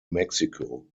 mexico